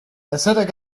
acetic